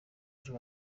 ejo